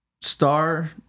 star